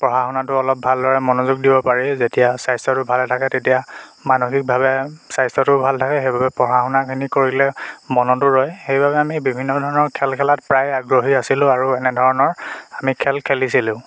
পঢ়া শুনাতো অলপ ভালদৰে মনোযোগ দিব পাৰি যেতিয়া স্বাস্থ্যটো ভালে থাকে তেতিয়া মানসিকভাৱে স্বাস্থ্যটো ভাল থাকে সেইবাবে পঢ়া শুনাখিনি কৰিলে মনতো ৰয় সেইবাবে আমি বিভিন্ন ধৰণৰ খেল খেলাত প্ৰায় আগ্ৰহী আছিলোঁ আৰু এনেধৰণৰ আমি খেল খেলিছিলোঁ